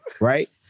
right